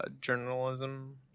journalism